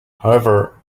however